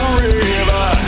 river